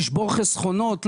לשבור חסכונות,